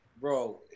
Bro